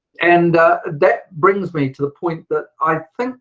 and that brings me to the point that i think